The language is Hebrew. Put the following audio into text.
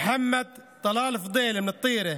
מוחמד טלאל פדילה מטירה,